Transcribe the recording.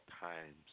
times